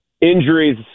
Injuries